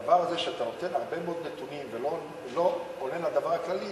הדבר הזה שאתה נותן הרבה מאוד נתונים ולא פונה לדבר הכללי,